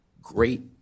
great